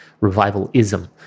revivalism